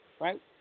Right